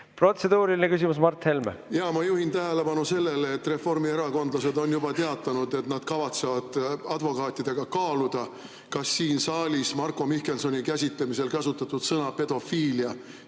Protseduuriline küsimus, Mart Helme.